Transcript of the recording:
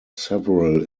several